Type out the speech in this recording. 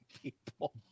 people